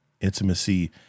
intimacy